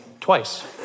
twice